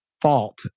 fault